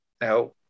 Now